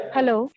Hello